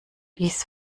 dies